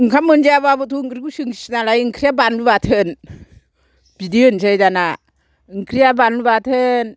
ओंखाम मोनजायाबाबो ओंखिखौ सोंसै नालाय ओंख्रिआ बानलु बाथोन बिदि होनसै दाना ओंख्रिआ बानलु बाथोन